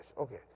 Okay